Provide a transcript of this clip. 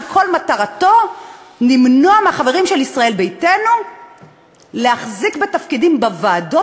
שכל מטרתו למנוע מהחברים של ישראל ביתנו להחזיק בתפקידים בוועדות